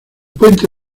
puente